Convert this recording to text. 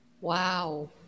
Wow